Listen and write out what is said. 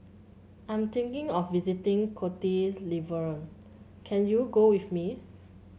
I'm thinking of visiting Cote d'Ivoire can you go with me